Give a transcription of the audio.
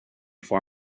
for